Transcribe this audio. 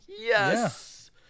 Yes